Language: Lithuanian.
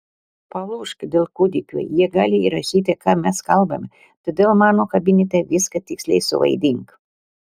palūžk dėl kūdikio jie gali įrašyti ką mes kalbame todėl mano kabinete viską tiksliai suvaidink